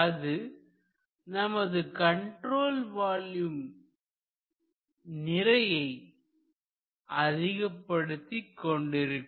அது நமது கண்ட்ரோல் வால்யூமின் நிறையை அதிகப்படுத்து கொண்டு இருக்கும்